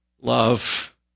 love